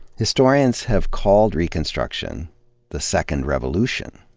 historians have called reconstruction the second revolution,